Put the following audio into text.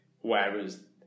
Whereas